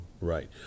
Right